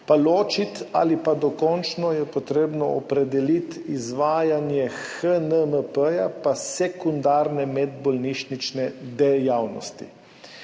ločiti ali pa dokončno opredeliti izvajanje HNMP in sekundarne medbolnišnične dejavnosti.